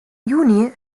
juni